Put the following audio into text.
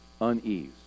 unease